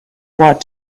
bought